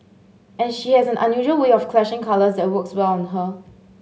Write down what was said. and she has an unusual way of clashing colours that works well on her